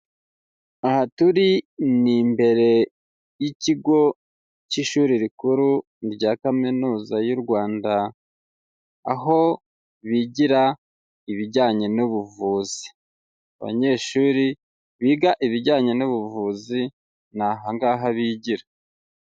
Aha turi ni imbere y'ikigo cy'ishuri rikuru rya Kaminuza y'u Rwanda, aho bigira ibijyanye n'ubuvuzi, abanyeshuri biga ibijyanye n'ubuvuzi ni aha ngaha bigira.